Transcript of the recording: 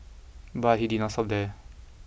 but he did not stop there